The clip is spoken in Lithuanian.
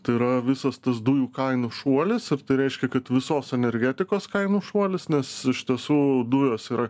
tai yra visas tas dujų kainų šuolis ar tai reiškia kad visos energetikos kainų šuolis nes iš tiesų dujos yra